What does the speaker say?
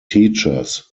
teachers